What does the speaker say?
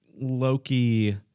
Loki